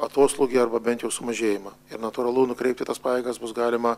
atoslūgį arba bent jau sumažėjimą ir natūralu nukreipti tas pajėgas bus galima